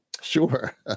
Sure